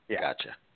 Gotcha